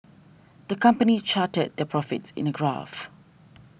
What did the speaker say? the company charted their profits in a graph